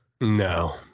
No